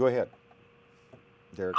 go ahead there